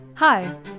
Hi